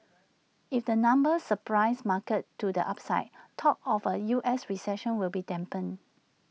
if the numbers surprise markets to the upside talk of A U S recession will be dampened